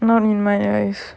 not in my eyes